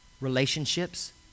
relationships